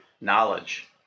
knowledge